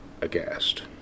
aghast